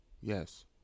Yes